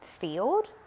field